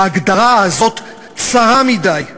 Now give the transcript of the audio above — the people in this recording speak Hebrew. ההגדרה הזאת צרה מדי.